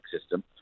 system